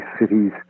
cities